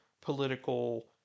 political